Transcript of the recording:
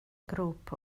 grŵp